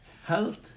health